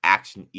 Action